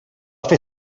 fer